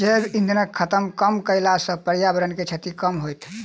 जैव इंधनक खपत कम कयला सॅ पर्यावरण के क्षति कम होयत